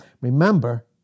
Remember